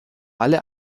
alle